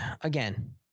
again